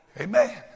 Amen